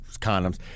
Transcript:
condoms